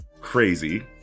crazy